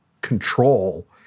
control